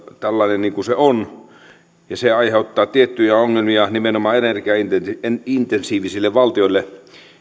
tällainen kuin se on ja se aiheuttaa tiettyjä ongelmia nimenomaan energiaintensiivisille valtioille